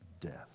Death